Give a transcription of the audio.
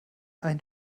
ein